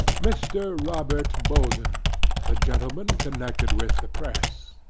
mr. robert bolton the gentleman connected with the press